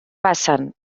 passen